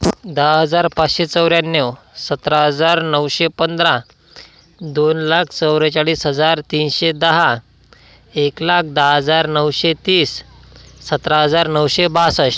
दहा हजार पाचशे चौऱ्याण्णव सतरा हजार नऊशे पंधरा दोन लाख चौवेचाळीस हजार तीनशे दहा एक लाख दहा हजार नऊशे तीस सतरा हजार नऊशे बासष्ट